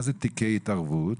מה זה תיקי התערבות?